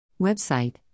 Website